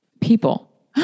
People